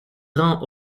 rang